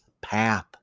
path